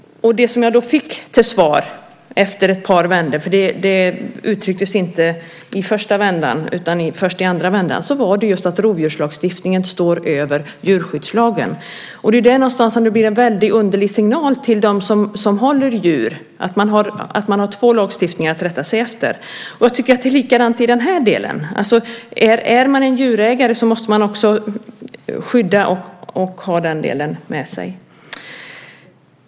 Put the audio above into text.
Jag fick till svar efter ett par vändor - det kom inte till uttryck i första vändan utan först i andra vändan - att rovdjurslagstiftningen står över djurskyddslagen. Där någonstans blir det en underlig signal till dem som håller djur, det vill säga att det finns två lagstiftningar att rätta sig efter. Det är likadant här. Om man är djurägare måste man ha den delen med sig.